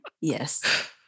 Yes